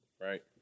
right